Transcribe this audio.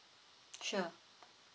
sure